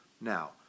Now